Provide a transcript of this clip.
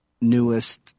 newest